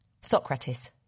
Socrates